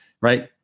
Right